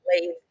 leave